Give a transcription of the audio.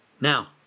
Now